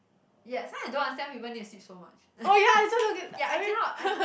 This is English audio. ya sometimes I don't understand why people need to sleep so much ya I cannot I